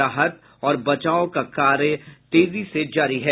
राहत और बचाव कार्य तेजी से जारी है